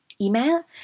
email